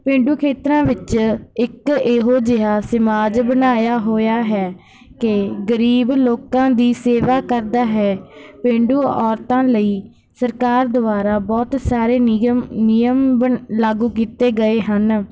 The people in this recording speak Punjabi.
ਪੇਂਡੂ ਖੇਤਰਾਂ ਵਿੱਚ ਇੱਕ ਇਹੋ ਜਿਹਾ ਸਮਾਜ ਬਣਾਇਆ ਹੋਇਆ ਹੈ ਕੇ ਗਰੀਬ ਲੋਕਾਂ ਦੀ ਸੇਵਾ ਕਰਦਾ ਹੈ ਪੇਂਡੂ ਔਰਤਾਂ ਲਈ ਸਰਕਾਰ ਦੁਆਰਾ ਬਹੁਤ ਸਾਰੇ ਨਿਗਮ ਨਿਯਮ ਬ ਲਾਗੂ ਕੀਤੇ ਗਏ ਹਨ